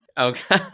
Okay